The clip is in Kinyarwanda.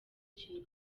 kintu